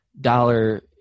dollar